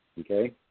Okay